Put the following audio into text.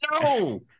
No